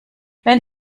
wenn